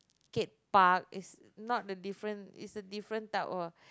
skate park it's not the different it's a different type of